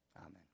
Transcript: Amen